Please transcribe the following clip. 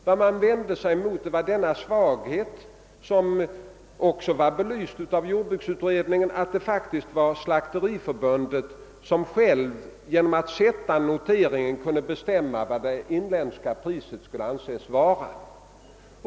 Vad man vände sig mot var den svaghet som också hade belysts i jordbruksutredningen, att Slakteriförbundet självt genom att sätta noteringen kunde bestämma vad det inländska priset skulle anses vara.